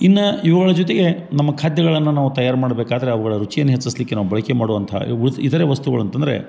ಇನ್ನ ಇವುಗಳ ಜೊತೆಗೆ ನಮ್ಮ ಖಾದ್ಯಗಳನ್ನ ನಾವು ತಯಾರು ಮಾಡ್ಬೇಕಾದ್ರೆ ಅವುಗಳ ರುಚಿಯನ್ನು ಎಚ್ಚಿಸಲಿಕ್ಕೆ ನಾವು ಬಳಕೆ ಮಾಡುವಂಥಾ ಇತರೆ ವಸ್ತುಗಳಂತಂದರೆ